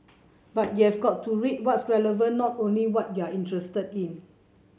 but you have got to read what's relevant not only what you're interested in